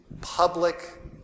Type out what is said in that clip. public